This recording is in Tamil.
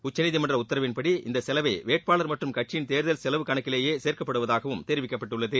உச்சநீதிமன்ற உத்தரவின்படி இந்த செலவை வேட்பாளர் மற்றும் கட்சியின் தேர்தல் செலவு கணக்கிலேயே சேர்க்கப்படுவதாகவும் தெரிவிக்கப்பட்டுள்ளது